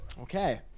okay